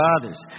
others